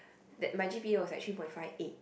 that my g_p_a was like three point five eight